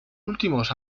últimos